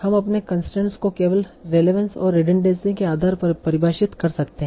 हम अपने कंसट्रेन्स को केवल रेलेवंस और रिडनड़ेंसी के आधार पर परिभाषित कर सकते हैं